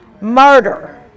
Murder